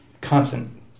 constant